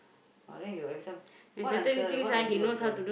ah then you everytime what uncle what I do uncle